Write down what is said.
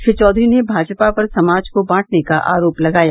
श्री चौधरी ने भाजपा पर समाज को बांटने का आरोप लगाया